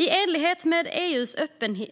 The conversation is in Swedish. I enlighet med EU:s